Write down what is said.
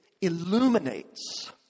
illuminates